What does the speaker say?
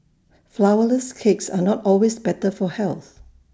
Flourless Cakes are not always better for health